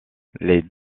les